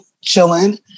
chilling